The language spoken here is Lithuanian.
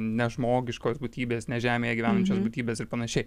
nežmogiškos būtybės ne žemėje gyvenančios būtybės ir panašiai